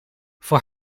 voor